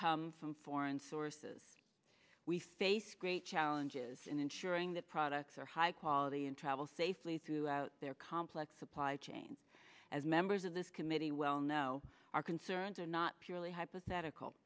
come from foreign sources we face great challenges in ensuring that products are high quality and travel safely throughout their complex supply chain as members of this committee well know our concerns are not purely hypothetical